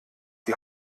die